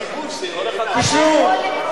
זה שיבוש, איתן.